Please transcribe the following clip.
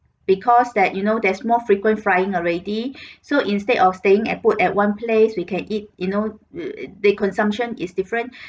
because that you know there's more frequent flying already so instead of staying at put at one place we can eat you know the consumption is different